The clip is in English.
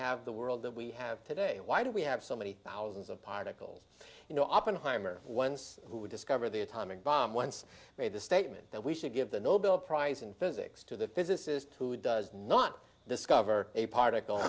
have the world that we have today why do we have so many thousands of particles you know oppenheimer once who discovered the atomic bomb i made the statement that we should give the nobel prize in physics to the physicist who does not discover a particle